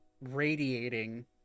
radiating